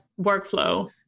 workflow